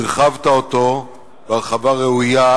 הרחבת אותו הרחבה ראויה,